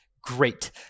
great